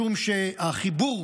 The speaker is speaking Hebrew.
משום שהחיבור,